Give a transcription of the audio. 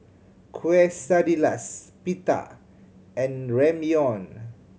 Quesadillas Pita and Ramyeon